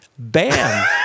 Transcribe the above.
Bam